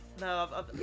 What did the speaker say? no